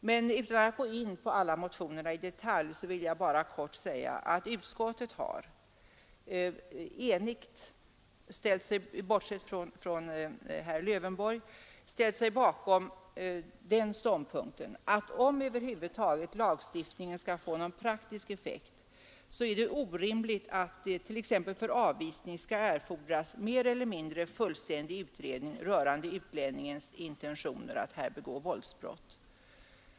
Men utan att gå in på alla motionerna i detalj vill jag bara kort säga att utskottet har enigt — bortsett från herr Lövenborg — ställt sig bakom den ståndpunkten, att om över huvud taget lagstiftningen skall få någon praktisk effekt, så är det orimligt att t.ex. för avvisning skall erfordras mer eller mindre fullständig utredning rörande utlännings intentioner att här begå våldsbrott.